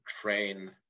train